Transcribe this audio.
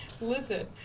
Listen